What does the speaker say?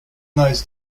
those